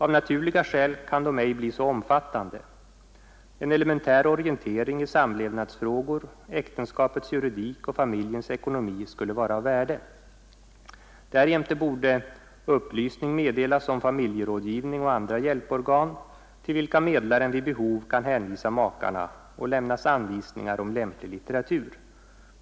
Av naturliga skäl kan de ej bli så omfattande. En elementär orientering i samlevnadsfrågor, äktenskapets juridik och familjens ekonomi skulle vara av värde. Därjämte borde upplysning meddelas om familjerådgivning och andra hjälporgan, till vilka medlaren vid behov kan hänvisa makarna, och lämnas anvisningar om lämplig litteratur.